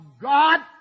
God